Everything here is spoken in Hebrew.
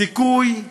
"סיכוי",